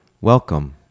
Welcome